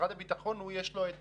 משרד הביטחון, יש לו את